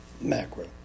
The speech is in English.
Macro